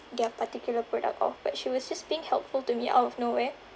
their particular product of but she was just being helpful to me out of nowhere